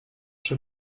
przy